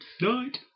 Night